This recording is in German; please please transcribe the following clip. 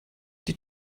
die